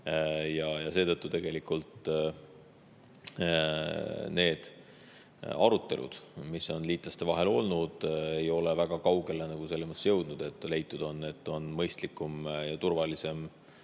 Seetõttu tegelikult need arutelud, mis on liitlaste vahel olnud, ei ole väga kaugele jõudnud. Leitud on, et on mõistlikum ja turvalisem